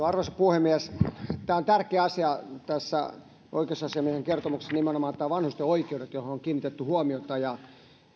arvoisa puhemies on tärkeä asia tässä oikeusasiamiehen kertomuksessa nimenomaan tämä vanhusten oikeudet johon on kiinnitetty huomiota